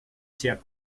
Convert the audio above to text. sehr